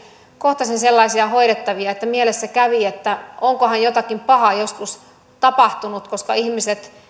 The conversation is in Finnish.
kohtasin sellaisia hoidettavia että mielessä kävi että onkohan jotakin pahaa joskus tapahtunut koska ihmiset